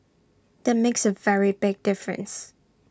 that makes A very big difference